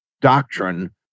doctrine